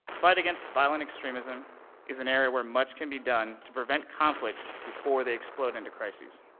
fight against violent extremism is an area where much can be done to prevent conflicts before they explode into crises,